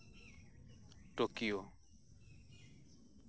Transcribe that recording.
Tokyo